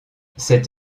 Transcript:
cette